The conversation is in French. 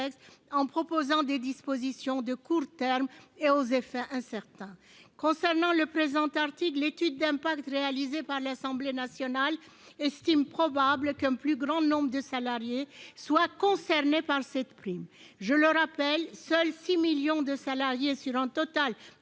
ne prévoit que des dispositions de court terme, aux effets incertains. Ainsi, selon l'étude d'impact réalisée par l'Assemblée nationale, il est « probable » qu'un plus grand nombre de salariés seront concernés par cette prime. Or je rappelle que seuls 6 millions de salariés, sur un total